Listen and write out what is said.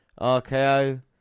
RKO